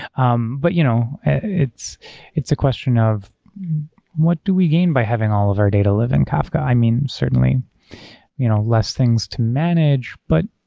um but you know it's it's a question of what do we gain by having all of our data live in kafka. i mean, certainly you know less things to manage, but